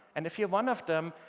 and if you're one of them,